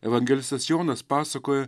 evangelistas jonas pasakojo